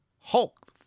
hulk